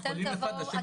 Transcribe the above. אתם תבואו,